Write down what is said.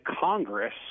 Congress